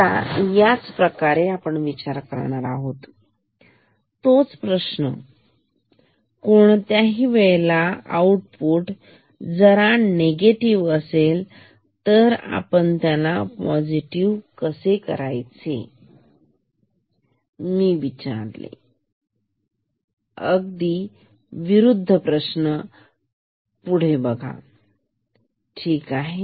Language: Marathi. आता याप्रमाणे आपण विचारणार आहोत तोच प्रश्न कोणत्याही वेळेला आउटपुट जरा निगेटिव्ह असेल तर आपण त्याला पॉझिटिव्ह कसे करायचे मी विचारतो अगदी विरुद्ध प्रश्न पुढील पान परंतु बघा ठीक आहे